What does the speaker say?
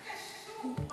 מה קשור?